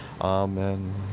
Amen